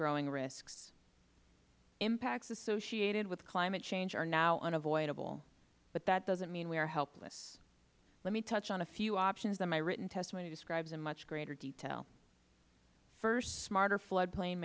growing risks impacts associated with climate change are now unavoidable but that doesn't mean we are helpless let me touch on a few options that my written testimony describes in much greater detail first smarter flood plain